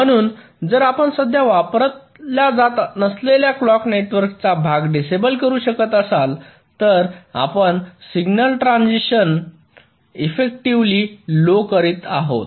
म्हणून जर आपण सध्या वापरल्या जात नसलेल्या क्लॉक नेटवर्क चा भाग डिसेबल करू शकत असाल तर आपण सिग्नल ट्रान्झिशन इफेक्टीव्हली लो करत आहोत